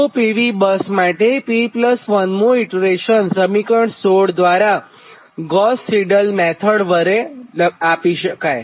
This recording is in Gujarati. તો PV બસ માટે P1 મું ઇટરેશન સમીકરણ 16 દ્વારા ગોસ સિડલ મેથડ માટે લખી શકાય